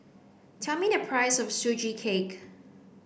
tell me the price of Sugee Cake